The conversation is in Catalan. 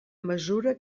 mesura